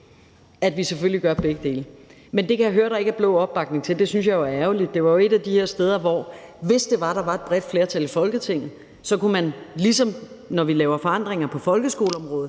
at vi selvfølgelig gør begge dele. Men det kan jeg høre at der ikke er blå opbakning til. Det synes jeg jo er ærgerligt. Det var jo et af de her steder, hvor man, hvis der var et bredt flertal i Folketinget, ligesom når vi laver forandringer på folkeskoleområdet,